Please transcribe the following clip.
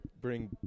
bring